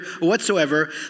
whatsoever